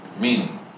Meaning